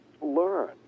learn